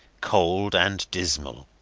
cold, and dismal.